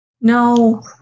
No